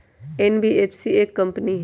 NBFC एक company हई?